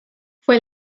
fue